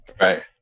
Right